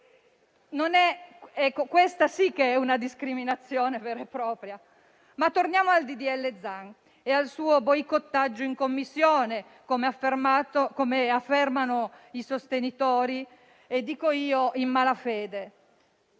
questa sì che è una discriminazione vera e propria. Torniamo però al disegno di legge Zan e al suo boicottaggio in Commissione, come affermano i sostenitori - dico io - in malafede.